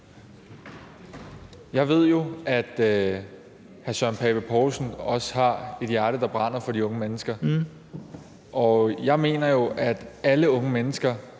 Jeg ved jo, at hr. Søren Pape Poulsen også har et hjerte, der brænder for de unge mennesker, og jeg mener jo, at alle unge mennesker